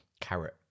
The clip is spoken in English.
carrot